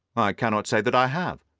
cannot say that i have.